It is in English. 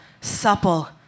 supple